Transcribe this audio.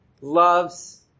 loves